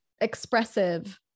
expressive